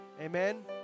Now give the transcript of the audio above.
Amen